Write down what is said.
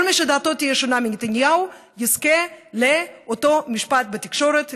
כל מי שדעתו תהיה שונה מנתניהו יזכה לאותו משפט בתקשורת,